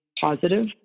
positive